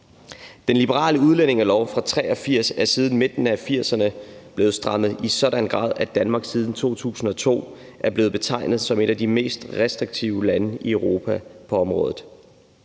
Den liberale udlændingelov fra 1983 er siden midten af 1980'erne blevet strammet i sådan en grad, at Danmark siden 2002 er blevet betegnet som et af de mest restriktive lande i Europa på området.